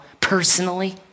personally